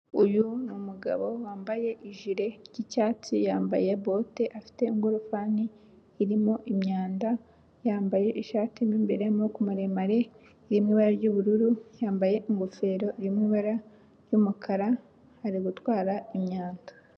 Uyu ni umugabo wambaye ijire ry'icyatsi yambaye bote afite ingorofani irimo imyanda yambaye ishati mu imbere y'amaboko maremare iri mu ibara ry'ubururu ingofero iri mu ibara ry'umukara ari gutwara imyanda.